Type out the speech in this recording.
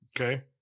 Okay